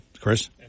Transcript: Chris